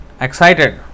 excited